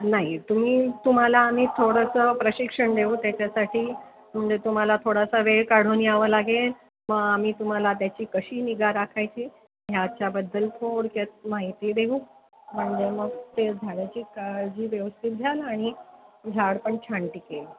नाही तुम्ही तुम्हाला आम्ही थोडंसं प्रशिक्षण देऊ त्याच्यासाठी म्हणजे तुम्हाला थोडासा वेळ काढून यावं लागेल मग आम्ही तुम्हाला त्याची कशी निगा राखायची ह्याच्याबद्दल थोडक्यात माहिती देऊ म्हणजे मग ते झाडाची काळजी व्यवस्थित घ्याल आणि झाड पण छान टिकेल